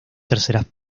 terceras